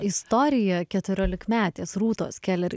istorija keturiolikmetės rūtos keler